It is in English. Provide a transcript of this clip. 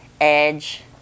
Edge